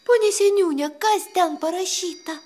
pone seniūne kas ten parašyta